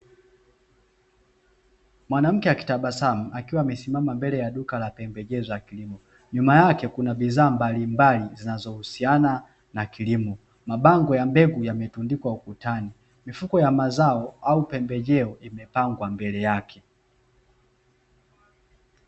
Mwanamke akitabasamu akiwa amesimama mbele ya duka la pembejeo za kilimo, nyuma yake kuna bidhaa mbalimbali zinazohusiana na kilimo, mabango ya mbegu yametundikwa ukutani, mifuko ya mazao au pembejeo imepangwa mbele yake.